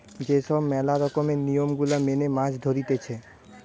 যে সব ম্যালা রকমের নিয়ম গুলা মেনে মাছ ধরতিছে